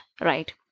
right